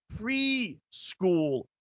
preschool